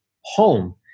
home